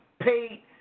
paid